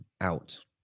out